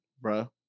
bro